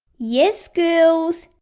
yes girls?